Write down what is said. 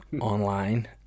online